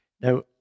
Now